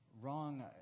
wrong